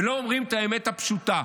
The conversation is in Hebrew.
ולא אומרים את האמת הפשוטה: